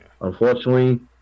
Unfortunately